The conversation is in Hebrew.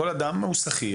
כל אדם הוא שכיר.